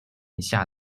辖下